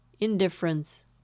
indifference